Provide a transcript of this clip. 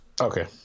Okay